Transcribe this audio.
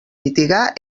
mitigar